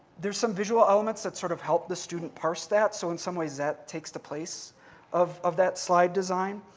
there are some visual elements that sort of help the student parse that. so in some ways that takes the place of of that slide design.